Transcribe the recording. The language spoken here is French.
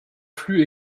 flux